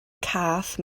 cath